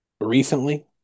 recently